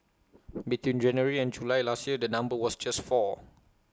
between January and July last year the number was just four